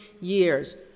years